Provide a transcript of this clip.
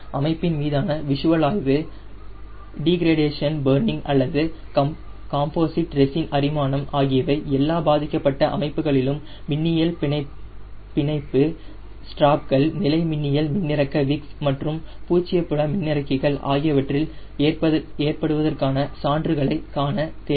அமைப்பின் மீதான விசுவல் ஆய்வு டிகிரேடேசன் பர்னிங் அல்லது காம்போசிட் ரெசின் அரிமானம் ஆகியவை எல்லா பாதிக்கப்பட்ட அமைப்புகளிலும் மின்னியல் பிணைப்பு ஸ்ட்ராப்கள் நிலைமின்னியல் மின்னிறக்க விக்ஸ் மற்றும் பூச்சிய புல மின்னிறக்கிகள் ஆகியவற்றில் ஏற்படுவதற்கான சான்றுகளைக் காண தேவை